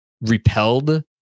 repelled